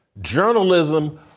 Journalism